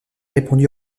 répandu